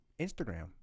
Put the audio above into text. Instagram